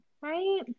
right